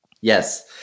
Yes